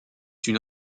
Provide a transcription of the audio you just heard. une